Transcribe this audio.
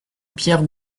pierre